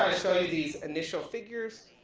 show you these initial figures.